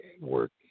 work